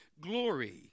glory